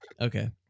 Okay